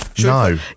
No